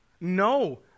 No